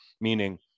Meaning